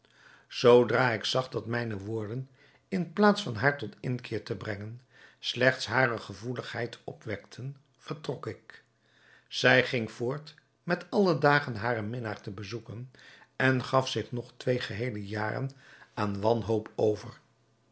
zoodra ik zag dat mijne woorden in plaats van haar tot inkeer te brengen slechts hare gevoeligheid opwekten vertrok ik zij ging voort met alle dagen haren minnaar te bezoeken en gaf zich nog twee geheele jaren aan wanhoop over